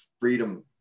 freedom